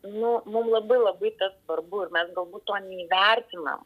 nu mum labai labai tas svarbu ir mes galbūt to neįvertinam